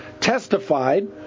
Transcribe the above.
testified